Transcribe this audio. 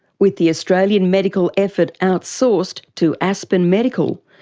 with the australian medical effort outsourced to aspen medical,